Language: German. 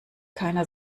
keiner